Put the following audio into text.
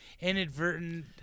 inadvertent